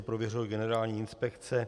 Prověřila ho generální inspekce.